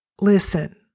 Listen